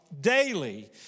daily